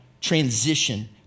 transition